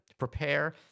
prepare